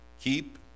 keep